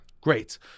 Great